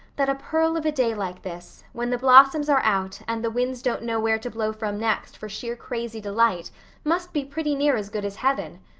that a pearl of a day like this, when the blossoms are out and the winds don't know where to blow from next for sheer crazy delight must be pretty near as good as heaven.